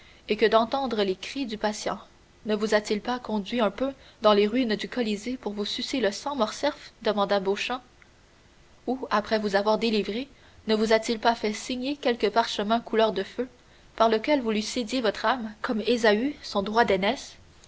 et que d'entendre les cris du patient ne vous a-t-il pas conduit un peu dans les ruines du colisée pour vous sucer le sang morcerf demanda beauchamp ou après vous avoir délivré ne vous a-t-il pas fait signer quelque parchemin couleur de feu par lequel vous lui cédiez votre âme comme ésaü son droit d'aînesse